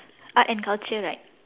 art and culture right